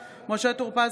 אינו נוכח משה טור פז,